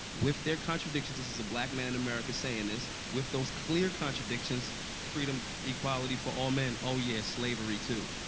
with their contradictions this is a black man in america saying this with those clear contradictions freedom, equality for all men, oh, yeah, slavery, too,